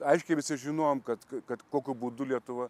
aiškiai visi žinojom kad kad kokiu būdu lietuva